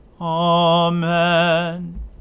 Amen